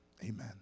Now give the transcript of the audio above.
Amen